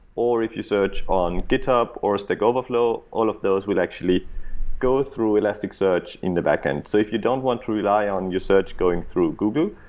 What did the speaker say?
if you search on github, or stack overflow, all of those will actually go through elasticsearch in the backend. so if you don't want to rely on your search going through google,